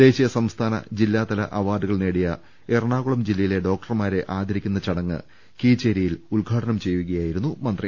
ദേശീയ സംസ്ഥാന ജില്ലാതല അവാർഡുകൾ നേടിയ എറണാകുളം ജില്ലയിലെ ഡോക്ടർമാരെ ആദരിക്കുന്ന ചടങ്ങ് കീച്ചേരിയിൽ ഉദ്ഘാടനം ചെയ്യുകയായിരുന്നു മന്ത്രി